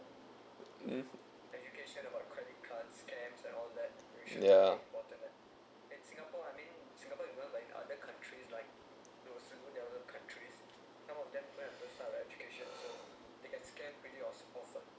mm yeah